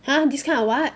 !huh! this kind of what